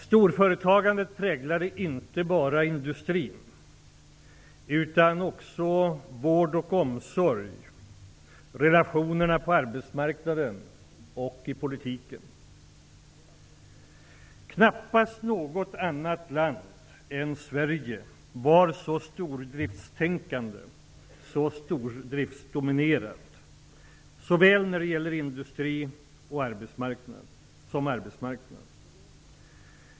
Storföretagandet präglade inte bara industrin, utan också vård och omsorg, relationerna på arbetsmarknaden och i politiken. Knappast något annat land än Sverige var så stordriftstänkande, så stordriftsdominerat, när det gäller såväl industri som arbetsmarknad.